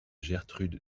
gertrude